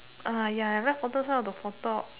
ah ya right photo's one on the for top